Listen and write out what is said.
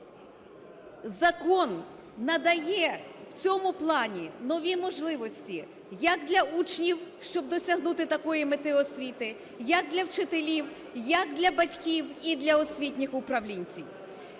Закон надає в цьому плані нові можливості як для учнів, щоб досягнути такої мети освіти, як для вчителів, як для батьків, і для освітніх управлінців.